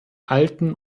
alten